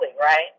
right